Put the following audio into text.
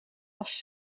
was